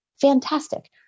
Fantastic